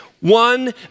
one